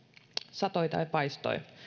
satoi tai paistoi